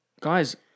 Guys